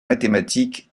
mathématiques